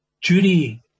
Judy